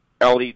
LED